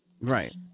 Right